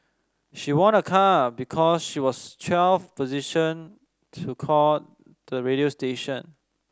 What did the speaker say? she won a car because she was twelfth to call the radio station